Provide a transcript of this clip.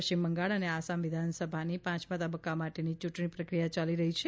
પશ્ચિમ બંગાળ અને આસામ વિધાનસભાની પાંચમા તબક્કા માટેની યુંટણી પ્રક્રિયા ચાલી રહી છે